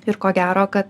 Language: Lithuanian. ir ko gero kad